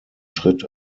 schritt